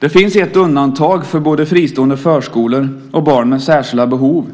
Det finns ett undantag för både fristående förskolor och barn med särskilda behov,